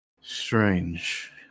Strange